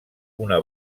una